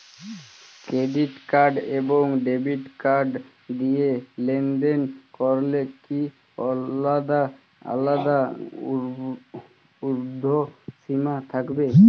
Credit card এবং debit card দিয়ে লেনদেন করলে কি আলাদা আলাদা ঊর্ধ্বসীমা থাকবে?